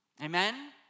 Amen